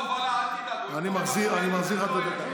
אני מחזיר לך את הדקה.